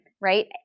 right